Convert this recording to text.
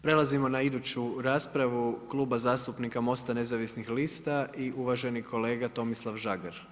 Prelazimo na iduću raspravu Kluba zastupnika MOST-a nezavisnih lista i uvaženi kolega Tomislav Žagar.